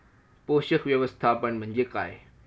पोषक व्यवस्थापन म्हणजे काय?